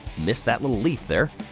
miss that little leaf there.